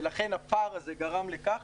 ולכן הפער הזה גרם לכך